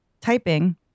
typing